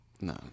No